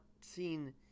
seen